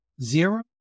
zero